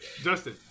Justin